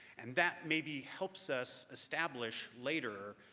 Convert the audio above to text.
and that maybe helps us establish later